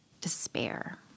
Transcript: despair